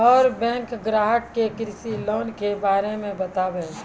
और बैंक ग्राहक के कृषि लोन के बारे मे बातेबे?